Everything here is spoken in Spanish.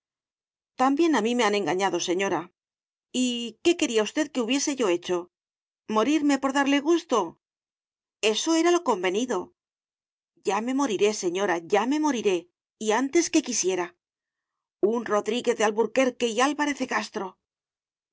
también a mí me han engañado señora y qué quería usted que hubiese yo hecho morirme por darle gusto eso era lo convenido ya me moriré señora ya me moriré y antes que quisiera un rodríguez de alburquerque y álvarez de castro